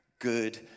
good